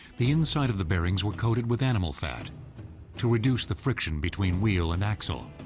the inside of the bearings were coated with animal fat to reduce the friction between wheel and axle.